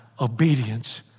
obedience